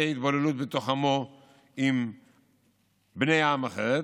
התבוללות בתוך עמו עם בני עם אחר,